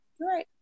right